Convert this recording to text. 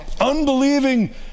Unbelieving